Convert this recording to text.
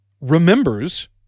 remembers